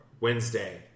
Wednesday